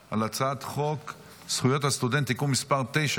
להצבעה על הצעת חוק זכויות הסטודנט (תיקון מס' 9,